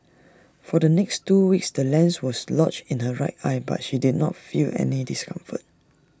for the next two weeks the lens was lodged in her right eye but she did not feel any discomfort